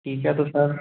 ठीक है तो सर